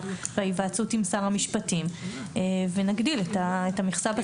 בהיוועצות עם שר המשפטים ונגדיל את המכסה.